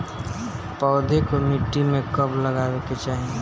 पौधे को मिट्टी में कब लगावे के चाही?